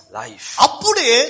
life